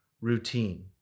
routine